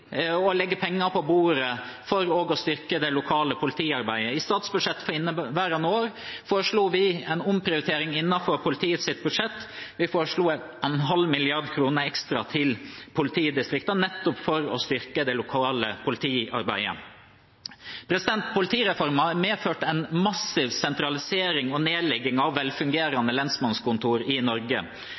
å legge penger på bordet for å styrke det lokale politiarbeidet. I statsbudsjettet for inneværende år foreslo vi en omprioritering innenfor politiets budsjett. Vi foreslo en halv milliard kr ekstra til politidistriktene nettopp for å styrke det lokale politiarbeidet. Politireformen medførte en massiv sentralisering og nedlegging av velfungerende lensmannskontor i Norge.